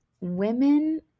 women